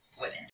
Women